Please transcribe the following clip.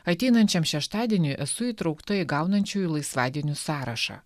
ateinančiam šeštadieniui esu įtraukta į gaunančiųjų laisvadienius sąrašą